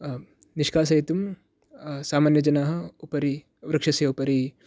निष्काशयितुं सामान्यजनाः उपरि वृक्षस्य उपरि